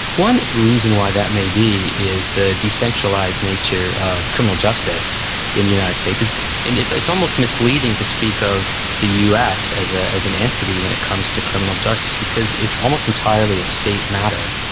one reason why that may be is the decentralised nature of criminal justice in the united states. it's and it's almost misleading to speak of the us as ah as an entity when it comes to criminal justice because it's almost entirely a state matter.